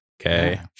Okay